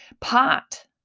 pot